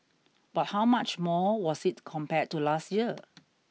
but how much more was it compared to last year